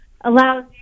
allows